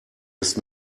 ist